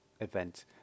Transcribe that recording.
event